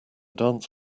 dance